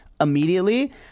Immediately